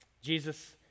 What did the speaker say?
Jesus